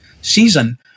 season